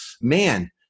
man